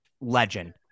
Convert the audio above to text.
legend